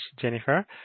Jennifer